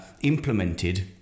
implemented